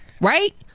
Right